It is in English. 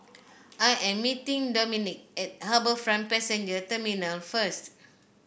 I am meeting Dominque at HarbourFront Passenger Terminal first